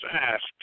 asked